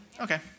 Okay